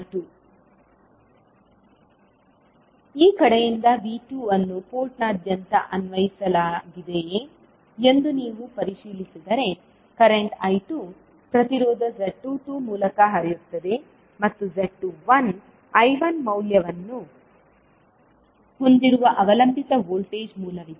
V1z11I1z12I2 ಈ ಕಡೆಯಿಂದ V2 ಅನ್ನು ಪೋರ್ಟ್ನಾದ್ಯಂತ ಅನ್ವಯಿಸಲಾಗಿದೆಯೆ ಎಂದು ನೀವು ಪರಿಶೀಲಿಸಿದರೆ ಕರೆಂಟ್ I2 ಪ್ರತಿರೋಧ Z22 ಮೂಲಕ ಹರಿಯುತ್ತದೆ ಮತ್ತು Z21 I1 ಮೌಲ್ಯವನ್ನು ಹೊಂದಿರುವ ಅವಲಂಬಿತ ವೋಲ್ಟೇಜ್ ಮೂಲವಿದೆ